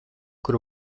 kur